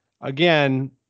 again